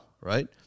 right